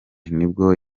nibwo